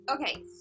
okay